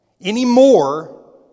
anymore